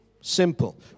Simple